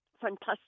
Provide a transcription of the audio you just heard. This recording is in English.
fantastic